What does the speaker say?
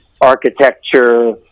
architecture